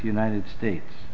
united states